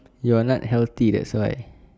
you are not healthy that's why